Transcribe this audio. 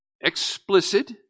explicit